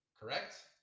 Correct